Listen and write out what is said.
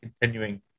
continuing